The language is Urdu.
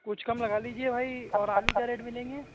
کچھ کم لگا لیجیے بھائی اور آلو کیا ریٹ ملیں گے